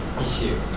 issue